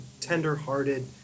tender-hearted